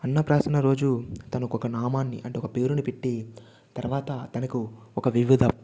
అన్నప్రాసన రోజు తనకు ఒక నామాన్ని అంటే ఒక పేరుని పెట్టి తర్వాత తనకు ఒక వివిధ